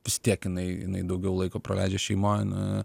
vis tiek jinai jinai daugiau laiko praleidžia šeimoj na